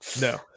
no